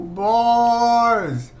boys